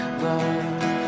love